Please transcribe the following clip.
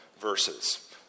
verses